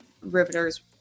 riveters